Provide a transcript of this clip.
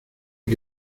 que